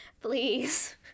Please